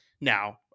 Now